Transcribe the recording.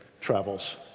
travels